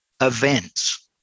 events